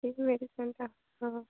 ସେଇ ଯେଉଁ ମେଡିସିନ୍ଟା ହଁ